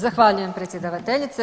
Zahvaljujem predsjedateljice.